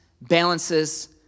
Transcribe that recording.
balances